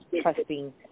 trusting